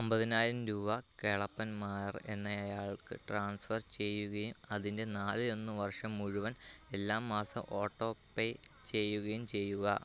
അമ്പതിനായിരം രൂവ കേളപ്പൻ നായർ എന്നയാൾക്ക് ട്രാൻസ്ഫർ ചെയ്യുകയും അതിൻ്റെ നാലിലൊന്ന് വർഷം മുഴുവൻ എല്ലാ മാസം ഓട്ടോ പേ ചെയ്യുകയും ചെയ്യുക